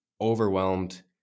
overwhelmed